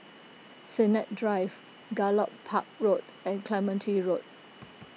Sennett Drive Gallop Park Road and Clementi Road